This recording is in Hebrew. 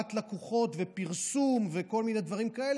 העברת לקוחות ופרסום וכל מיני דברים כאלה,